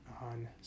on